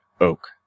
oak